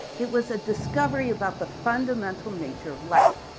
it was a discovery about the fundamental nature of light.